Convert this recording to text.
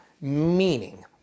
meaning